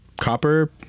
copper